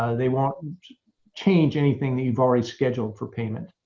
they won't and change anything that you've already scheduled for payment.